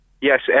Yes